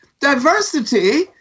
diversity